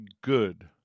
good